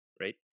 right